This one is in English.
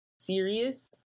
serious